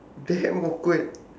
damn awkward